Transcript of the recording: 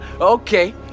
okay